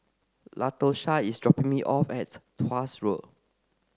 Latosha is dropping me off at Tuas Road